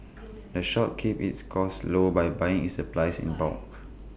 the shop keeps its costs low by buying its supplies in bulk